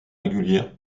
régulière